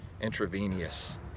intravenous